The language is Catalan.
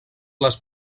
les